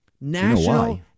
national